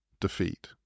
defeat